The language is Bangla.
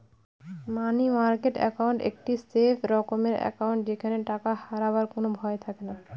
মানি মার্কেট একাউন্ট একটি সেফ রকমের একাউন্ট যেখানে টাকা হারাবার কোনো ভয় থাকেনা